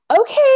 okay